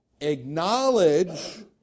acknowledge